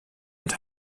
und